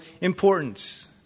importance